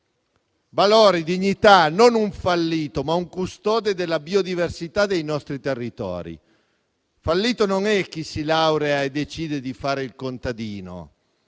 Valori e dignità: non un fallito, ma un custode della biodiversità dei nostri territori. Fallito non è chi si laurea e decide di fare il contadino.